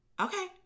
Okay